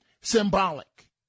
Symbolic